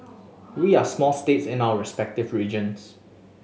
we are small states in our respective regions